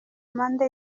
amande